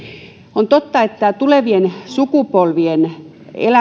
tokihan tulevien sukupolvien